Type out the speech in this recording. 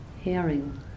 hearing